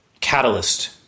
catalyst